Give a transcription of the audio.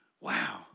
Wow